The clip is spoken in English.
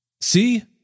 See